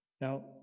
Now